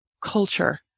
culture